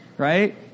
Right